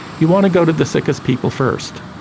you want to go to the sickest people first.